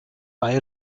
bei